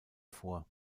vor